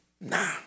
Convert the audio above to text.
nah